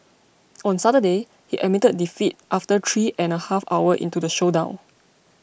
on Saturday he admitted defeat after three and a half hour into the showdown